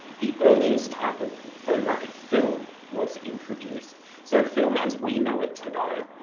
the earliest type of photographic film was introduced so film as we know it today.